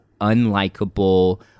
unlikable